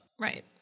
Right